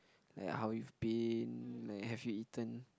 like how you've been like have you eaten